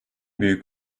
büyük